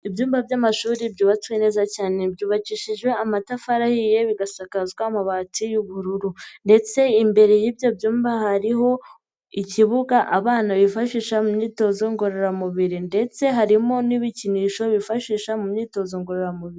Ibyumba by'amashuri byubatswe neza cyane, byubakishijejwe amatafari ahiye bigasakazwa amabati y'ubururu ndetse imbere y'ibyo byumba hariho ikibuga abana bifashisha mu myitozo ngororamubiri ndetse harimo n'ibikinisho bifashisha mu myitozo ngororamubiri.